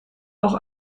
auch